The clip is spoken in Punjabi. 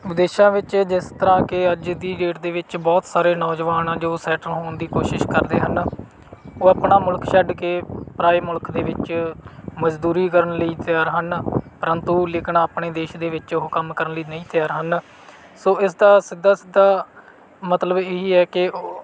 ਵਿਦੇਸ਼ਾਂ ਵਿੱਚ ਜਿਸ ਤਰ੍ਹਾਂ ਕਿ ਅੱਜ ਦੀ ਡੇਟ ਦੇ ਵਿੱਚ ਬਹੁਤ ਸਾਰੇ ਨੌਜਵਾਨ ਆ ਜੋ ਸੈਟਲ ਹੋਣ ਦੀ ਕੋਸ਼ਿਸ਼ ਕਰਦੇ ਹਨ ਉਹ ਆਪਣਾ ਮੁਲਕ ਛੱਡ ਕੇ ਪਰਾਏ ਮੁਲਕ ਦੇ ਵਿੱਚ ਮਜ਼ਦੂਰੀ ਕਰਨ ਲਈ ਤਿਆਰ ਹਨ ਪ੍ਰੰਤੂ ਲੇਕਿਨ ਆਪਣੇ ਦੇਸ਼ ਦੇ ਵਿੱਚ ਉਹ ਕੰਮ ਕਰਨ ਲਈ ਨਹੀਂ ਤਿਆਰ ਹਨ ਸੋ ਇਸ ਦਾ ਸਿੱਧਾ ਸਿੱਧਾ ਮਤਲਬ ਇਹ ਹੀ ਹੈ ਕਿ ਓ